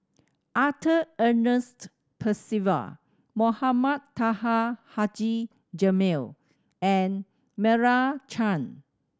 Arthur Ernest Percival Mohamed Taha Haji Jamil and Meira Chand